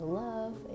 love